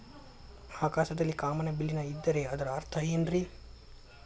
ಆಕಾಶದಲ್ಲಿ ಕಾಮನಬಿಲ್ಲಿನ ಇದ್ದರೆ ಅದರ ಅರ್ಥ ಏನ್ ರಿ?